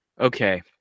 okay